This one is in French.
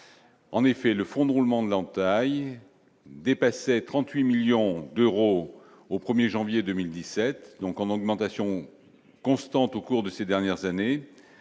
en effet, le fonds de roulement de l'entaille dépassait 38 millions d'euros au 1er janvier 2017 donc en augmentation constante au cours de ces dernières années,